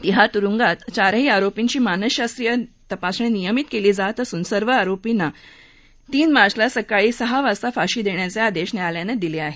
तिहार तुरुंगात चारही आरोपींची मानसशास्त्रीय तपासणी नियमितपणे केली जात असून तीन मार्चला सकाळी सहा वाजता फाशी देण्याचे आदेश न्यायालयानं दिले आहेत